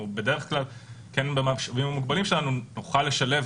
אנחנו בדרך כלל במשאבים המוגבלים שלנו נוכל לשלב